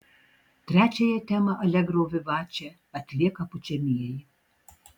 trečiąją temą alegro vivače atlieka pučiamieji